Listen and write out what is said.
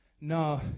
No